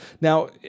Now